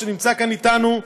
שנמצא כאן אתנו,